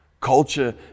Culture